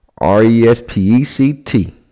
R-E-S-P-E-C-T